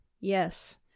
Yes